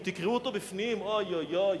אם תקראו אותו בפנים, אוי, אוי,